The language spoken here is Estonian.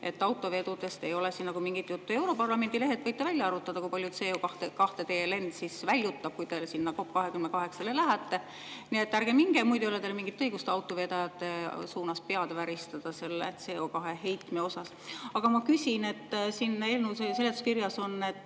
Autovedudest ei ole siin nagu mingit juttu. Europarlamendi lehel võite välja arvutada, kui palju CO2teie lend väljutab, kui te sinna COP 28-le lähete. Nii et ärge minge, muidu ei ole teil mingit õigust autovedajate suunas pead väristada selle CO2-heite pärast. Aga ma küsin [järgmist]. Siin eelnõu seletuskirjas on